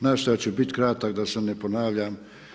Nastojati ću biti kratak da se ne ponavljam.